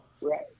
Right